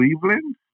Cleveland